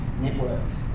networks